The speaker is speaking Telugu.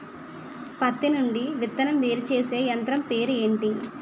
పత్తి నుండి విత్తనం వేరుచేసే యంత్రం పేరు ఏంటి